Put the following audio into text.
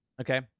Okay